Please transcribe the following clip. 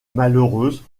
malheureuse